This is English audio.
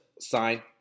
sign